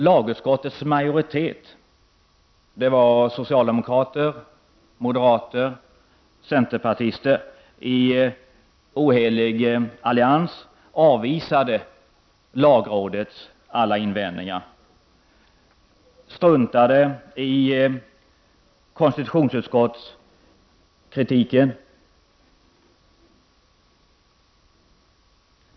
Lagutskottets majoritet, dvs. socialdemokrater, moderater och centerpartister i ohelig allians, avvisade emellertid lagrådets alla invändningar och struntade i kritiken från konstitutionsutskottet.